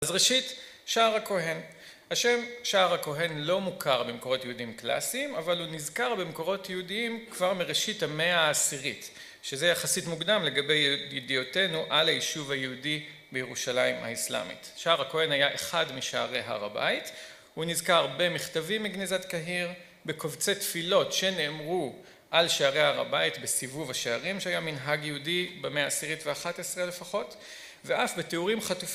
אז ראשית, שער הכהן. השם שער הכהן לא מוכר במקורות יהודים קלאסיים, אבל הוא נזכר במקורות יהודיים כבר מראשית המאה העשירית. שזה יחסית מוקדם לגבי ידיעותינו על היישוב היהודי בירושלים האסלאמית. שער הכהן היה אחד משערי הר הבית. הוא נזכר במכתבים מגנזת קהיר, בקובצי תפילות שנאמרו על שערי הר הבית בסיבוב השערים, שהיה מנהג יהודי במאה העשירית ואחת עשרה לפחות, ואף בתיאורים חטופ...